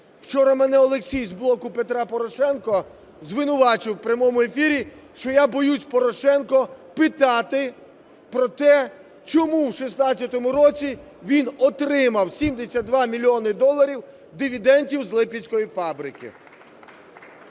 Вчора мене Олексій з "Блоку Петра Порошенка" звинувачував у прямому ефірі, що я боюся Порошенка питати про те, чому у 2016 році він отримав 72 мільйони доларів дивідендів з Липецької фабрики.